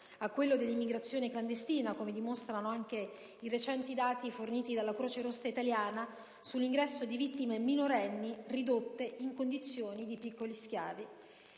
a quello dell'immigrazione clandestina, come dimostrano anche i recenti dati forniti dalla Croce Rossa italiana sull'ingresso di vittime minorenni ridotte in condizioni di piccoli schiavi.